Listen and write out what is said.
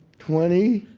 twenty,